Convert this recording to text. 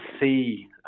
see